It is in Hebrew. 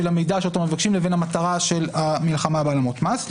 המידע שאותו מבקשים לבין המטרה של המלחמה בהעלמות מס.